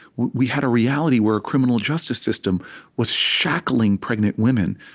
we had a reality where our criminal justice system was shackling pregnant women.